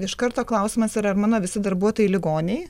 iš karto klausimas yra ar mano visi darbuotojai ligoniai